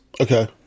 okay